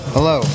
Hello